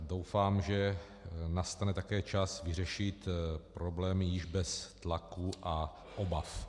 Doufám, že nastane také čas vyřešit problémy již bez tlaku a obav.